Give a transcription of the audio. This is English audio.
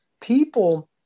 people